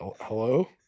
hello